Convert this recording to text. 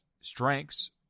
strengths